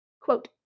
Quote